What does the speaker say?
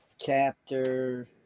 chapter